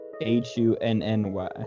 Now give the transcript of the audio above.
H-U-N-N-Y